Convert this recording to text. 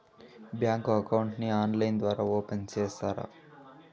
Bank account ని online ద్వారా open సేస్తారా?